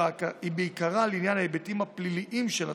בעיקרה לעניין ההיבטים הפליליים של התקנות.